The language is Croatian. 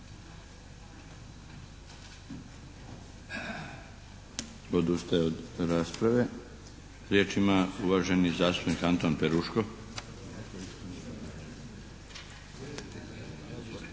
Odustaje od rasprave. Riječ ima uvaženi zastupnik Anton Peruško.